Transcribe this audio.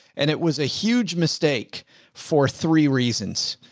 and it was a huge mistake for three reasons.